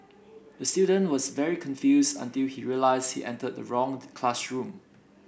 the student was very confused until he realised he entered the wrong classroom